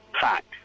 fact